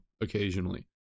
Occasionally